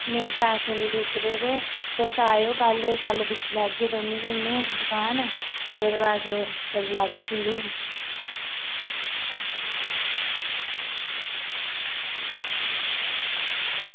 नेईं पैसे निं डुबदे ते तुस आयो कल्ल ते कल्ल दिक्खी लाैैगे दौनें जनें दुकान भी ओह्दे बाद च करी लैगे शुरू